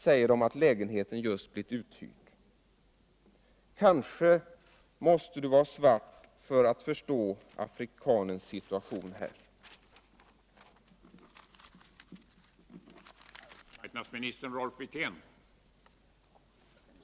säger de att lägenheten just blivit uthyrd.--- Kanske måste du vara svart för att förstå afrikanens situation i Sveri a” ge.